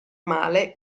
male